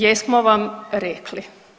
Jesmo vam rekli.